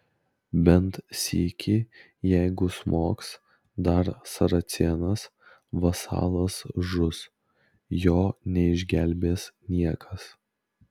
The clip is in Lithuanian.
bent sykį jeigu smogs dar saracėnas vasalas žus jo neišgelbės niekas